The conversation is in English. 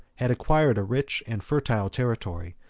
had acquired a rich and fertile territory,